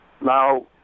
Now